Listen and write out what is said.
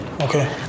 Okay